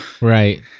Right